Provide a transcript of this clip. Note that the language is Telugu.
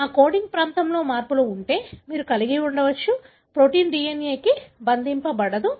ఆ కోడింగ్ ప్రాంతంలో మార్పులు ఉంటే మీరు కలిగి ఉండవచ్చు ప్రోటీన్ DNA కి బంధించబడదు